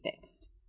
fixed